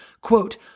quote